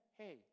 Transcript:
hey